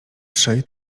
trzej